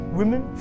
women